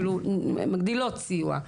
אפילו מגדילות סיוע.